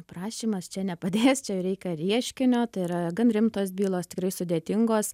prašymas čia nepadės čia reikia ieškinio tai yra gan rimtos bylos tikrai sudėtingos